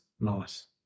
Nice